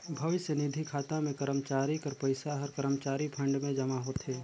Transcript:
भविस्य निधि खाता में करमचारी कर पइसा हर करमचारी फंड में जमा होथे